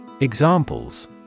Examples